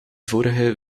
vorige